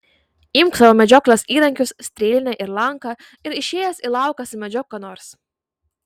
imk savo medžioklės įrankius strėlinę ir lanką ir išėjęs į lauką sumedžiok ką nors